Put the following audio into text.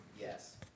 yes